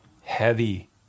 heavy